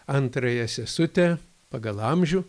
antrąją sesutę pagal amžių